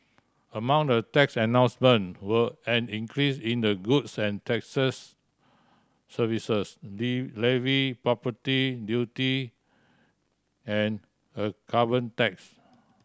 among the tax announcement were an increase in the goods and taxes services levy property duty and a carbon tax